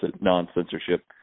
non-censorship